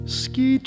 ski